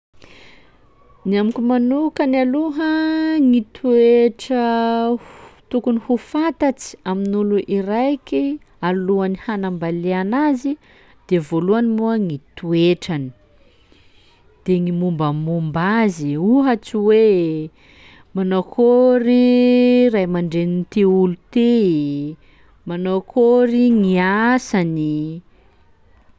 Ny amiko manokany aloha ny toetra f- tokony ho fantatsy amin'olo iraiky alohan'ny hanambaliana azy de voalohany moa ny toetrany, de gny mombamomba azy ohatsy hoe manao akôry ray aman-drenin'ty ôlo ty? Manao akôry gny asany?